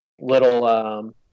little